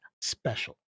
special